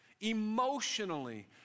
emotionally